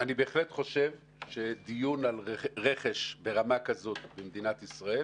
אני בהחלט חושב שדיון על רכש ברמה כזאת במדינת ישראל